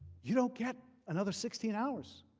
you know get another sixteen hours.